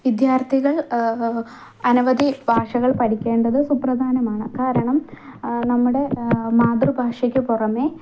വിദ്യാർത്ഥികൾ അനവധി ഭാഷകൾ പഠിക്കേണ്ടത് സുപ്രധാനമാണ് കാരണം നമ്മുടെ മാതൃ ഭാഷയ്ക്ക് പുറമെ